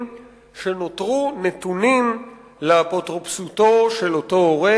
שנותרו נתונים לאפוטרופסותו של אותו הורה,